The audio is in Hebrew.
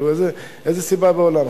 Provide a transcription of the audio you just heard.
איזה סיבה בעולם?